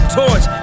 torch